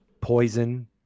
poison